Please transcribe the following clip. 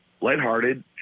lighthearted